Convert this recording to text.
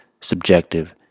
subjective